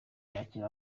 yakira